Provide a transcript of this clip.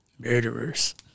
Murderers